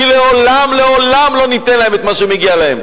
כי לעולם לעולם לא ניתן להם את מה שמגיע להם,